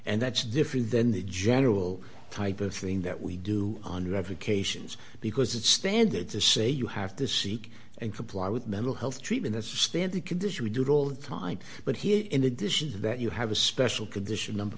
and that's different than the general type of thing that we do on revocations because it's standard to say you have to seek and comply with mental health treatment that stand the condition we do all the time but he in addition to that you have a special condition number